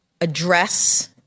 address